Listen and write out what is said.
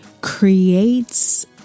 creates